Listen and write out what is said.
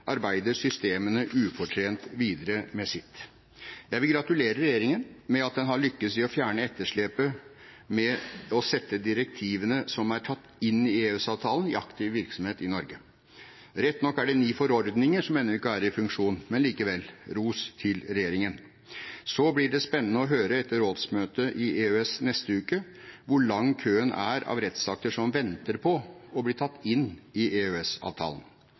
arbeider systemene ufortrødent videre med sitt. Jeg vil gratulere regjeringen med at den har lyktes i å fjerne etterslepet med å sette direktivene som er tatt inn i EØS-avtalen, i aktiv virksomhet i Norge. Rett nok er det ni forordninger som ennå ikke er i funksjon – men likevel, ros til regjeringen. Så blir det spennende etter rådsmøtet i EØS neste uke å høre hvor lang køen er av rettsakter som venter på å bli tatt inn i